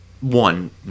one